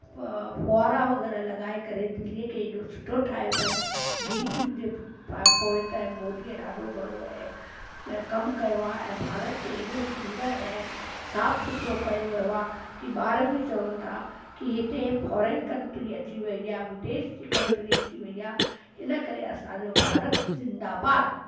फुआरा वग़ैरह लॻाए करे दिल्लीअ खे एॾो सुठो ठा्योहि अथनि जी टू जे पोइ त मोदीअ ॾाढो घणो ऐं कमु कयो आहे ऐं भारत खे एॾो सुंदरु ऐं साफ़ सुथिरो कयो वियो आहे की ॿार बि चवनि था कि हिते फॉरेन कंट्री अची वई आहे विदेश जी कंट्री अची वई आहे हिन करे असांजो भारत ज़िंदाबाद